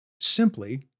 simply